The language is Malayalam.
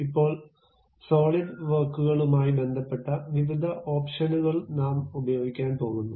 ഇപ്പോൾ സോളിഡ് വർക്കുകളുമായി ബന്ധപ്പെട്ട വിവിധ ഓപ്ഷനുകൾ നാം ഉപയോഗിക്കാൻ പോകുന്നു